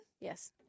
Yes